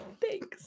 Thanks